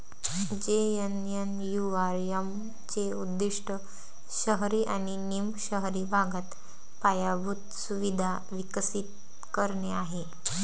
JNNURM चे उद्दीष्ट शहरी आणि निम शहरी भागात पायाभूत सुविधा विकसित करणे आहे